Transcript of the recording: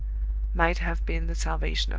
might have been the salvation of her.